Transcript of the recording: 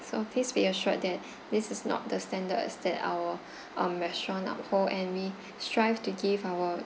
so please be assured that this is not the standards that our um restaurant uphold and we strive to give our